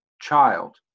child